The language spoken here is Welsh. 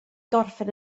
gorffen